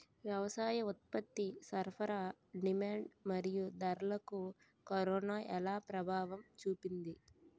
వ్యవసాయ ఉత్పత్తి సరఫరా డిమాండ్ మరియు ధరలకు కరోనా ఎలా ప్రభావం చూపింది